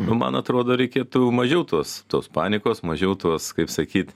man atrodo reikėtų mažiau tos tos panikos mažiau tos kaip sakyti